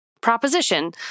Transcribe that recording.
proposition